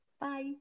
Bye